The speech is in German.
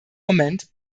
moment